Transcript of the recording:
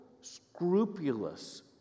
scrupulous